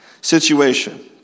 situation